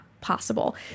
possible